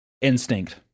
instinct